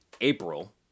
April